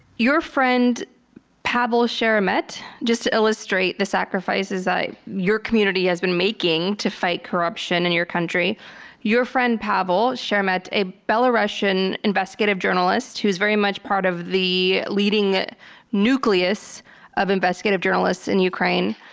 your friend pavel sheremet just to illustrate the sacrifices that your community has been making to fight corruption in your country your friend pavel sheremet, a belarussian investigative journalist who is very much part of the leading nucleus of investigative journalists in ukraine,